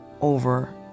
Over